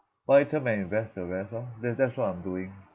buy term and invest the rest lor that that's what I'm doing